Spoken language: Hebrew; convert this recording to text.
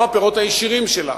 לא הפירות הישירים שלה.